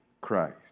Christ